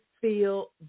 feel